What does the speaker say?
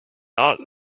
not